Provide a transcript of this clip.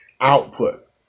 output